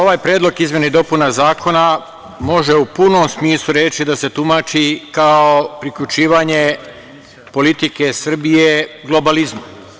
Ovaj predlog izmena i dopuna zakona može u punom smislu reči da se tumači kao priključivanje politike Srbije globalizmu.